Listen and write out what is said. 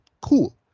Cool